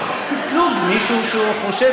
קטלוג, מישהו שחושב